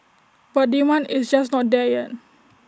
but demand is just not there yet